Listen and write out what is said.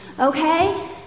Okay